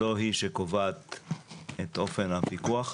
לא היא שקובעת את אופן הפיקוח,